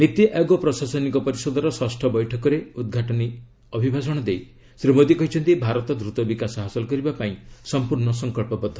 ନୀତି ଆୟୋଗ ପ୍ରଶାସନିକ ପରିଷଦର ଷଷ୍ଠ ବୈଠକରେ ଉଦଘାଟନୀ ଅଭିଭାଷଣ ଦେଇ ଶ୍ରୀ ମୋଦୀ କହିଛନ୍ତି ଭାରତ ଦ୍ରତ ବିକାଶ ହାସଲ କରିବା ପାଇଁ ସମ୍ପର୍ଣ୍ଣ ସଂକଳ୍ପବଦ୍ଧ